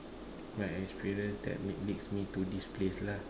my experience that lead leads me to this place lah